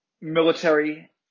military